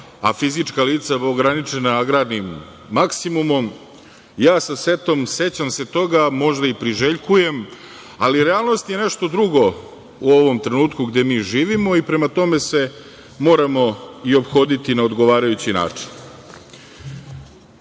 a fizička lica ograničena agrarnim maksimumom. Ja se sa setom sećam toga, a možda i priželjkujem, ali realnost je nešto drugo u ovom trenutku gde mi živimo i prema tome se moramo i ophoditi na odgovarajući